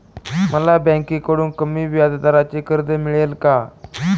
मला बँकेकडून कमी व्याजदराचे कर्ज मिळेल का?